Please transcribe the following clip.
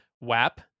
WAP